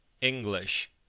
English